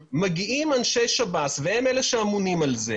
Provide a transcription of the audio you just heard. מגיעים למסקנה אנשי שב"ס שאמונים על זה